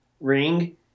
ring